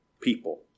people